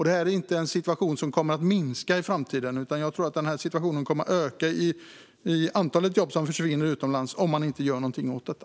Det här är inte något som kommer att minska i framtiden, utan jag tror att antalet jobb som försvinner utomlands kommer att öka om inget görs åt detta.